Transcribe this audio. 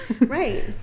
Right